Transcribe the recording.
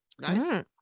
nice